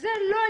שזה לא יהיה.